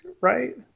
right